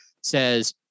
says